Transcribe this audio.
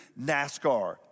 NASCAR